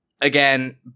Again